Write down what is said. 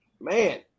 Man